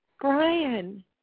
Brian